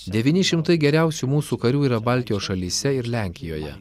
devyni šimtai geriausių mūsų karių yra baltijos šalyse ir lenkijoje